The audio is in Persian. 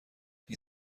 این